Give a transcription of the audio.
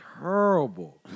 terrible